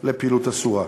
לפעילות אסורה.